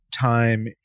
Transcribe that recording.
time